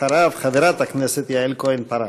אחריו, חברת הכנסת יעל כהן-פארן.